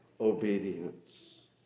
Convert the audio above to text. obedience